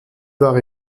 war